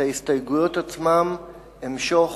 את ההסתייגויות עצמן אמשוך,